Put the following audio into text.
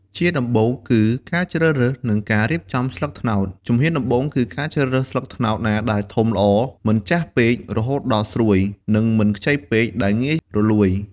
ជាដំបូងគឺ ការជ្រើសរើស និងការរៀបចំស្លឹកត្នោត ជំហានដំបូងគឺការជ្រើសរើស ស្លឹកត្នោតណាដែលធំល្អ មិនចាស់ពេករហូតដល់ស្រួយ និងមិនខ្ចីពេកដែលងាយរលួយ។